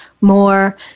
more